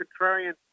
contrarian